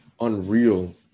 unreal